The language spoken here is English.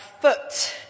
foot